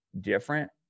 different